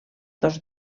dos